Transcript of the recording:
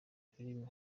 film